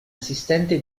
assistente